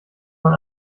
man